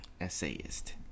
Essayist